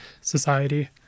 society